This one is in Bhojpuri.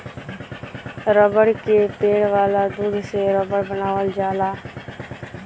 रबड़ के पेड़ वाला दूध से रबड़ बनावल जाला